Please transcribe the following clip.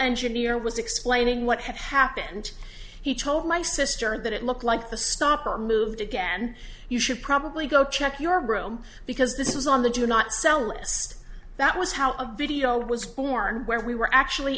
engineer was explaining what had happened he told my sister that it looked like the stopper moved again you should probably go check your room because this is on the do not sell list that was how a video was born where we were actually